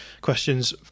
questions